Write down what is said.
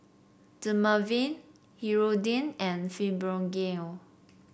Dermaveen Hirudoid and Fibogel